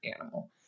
animal